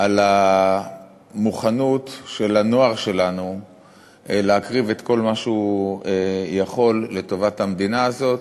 על המוכנות של הנוער שלנו להקריב את כל מה שהוא יכול לטובת המדינה הזאת.